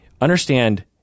understand